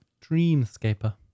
Dreamscaper